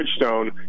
Bridgestone